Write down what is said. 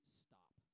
stop